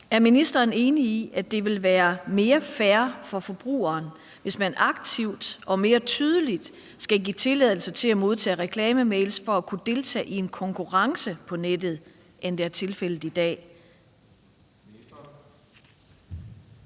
Er ministeren enig i, at det vil være mere fair for forbrugeren, hvis man aktivt og mere tydeligt skal give tilladelse til at modtage reklamemails for at kunne deltage i en konkurrence på nettet, end det er tilfældet i dag?